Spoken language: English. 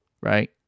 Right